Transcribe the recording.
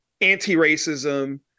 anti-racism